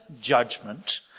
judgment